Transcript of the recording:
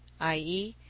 i e,